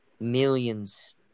millions